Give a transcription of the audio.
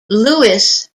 lewis